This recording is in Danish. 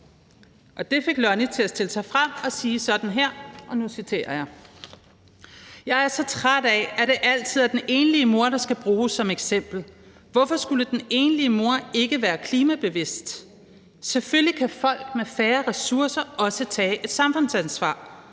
det fik Lonnie til at stille sig frem og sige sådan her, og nu citerer jeg: »Jeg er så træt af, at det altid er den enlige mor, der skal bruges som eksempel. Hvorfor skulle den enlige mor ikke være klimabevidst? Selvfølgelig kan folk med færre ressourcer også tage samfundsansvar«.